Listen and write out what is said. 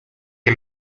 que